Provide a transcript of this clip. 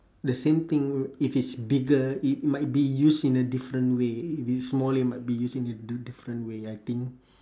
the same thing if it's bigger it might be used in a different way if it's small it might be used in a d~ different way I think